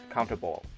Comfortable